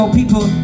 people